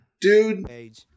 Dude